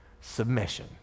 submission